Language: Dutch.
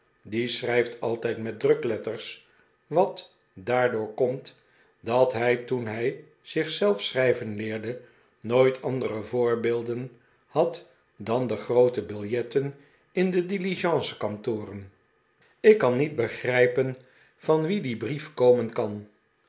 die schrijft altijd met drukletters wat daardoor komt dat hij toen hij zich zelf schrijven leerde nooit andere voorbeelden had dan de groote biljetten in de diligencekantoren ik kan niet begrijpen van wien die brief komen kan